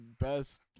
best